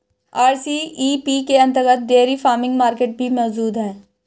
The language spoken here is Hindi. आर.सी.ई.पी के अंतर्गत डेयरी फार्मिंग मार्केट भी मौजूद है